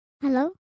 Hello